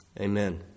Amen